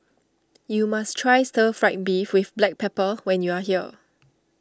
you must try Stir Fried Beef with Black Pepper when you are here